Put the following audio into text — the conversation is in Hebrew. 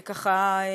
ככה,